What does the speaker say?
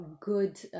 good